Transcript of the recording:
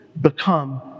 become